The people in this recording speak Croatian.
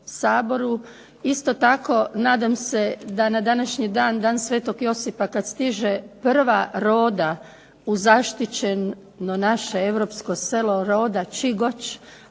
isto tako nadam se da na današnji dan, dan sv. Josipa kada stiže prva roda u zaštićeno naše europsko selo roda Čigoč,